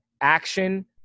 action